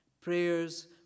Prayers